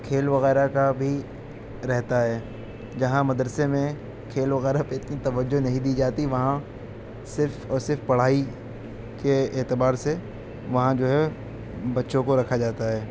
کھیل وغیرہ کا بھی رہتا ہے جہاں مدرسے میں کھیل وغیرہ پہ اتنی توجہ نہیں دی جاتی وہاں صرف اور صرف پڑھائی کے اعتبار سے وہاں جو ہے بچوں کو رکھا جاتا ہے